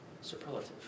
Superlative